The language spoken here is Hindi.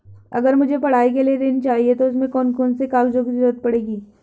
अगर मुझे पढ़ाई के लिए ऋण चाहिए तो उसमें कौन कौन से कागजों की जरूरत पड़ेगी?